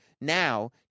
Now